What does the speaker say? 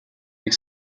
нэг